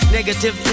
Negative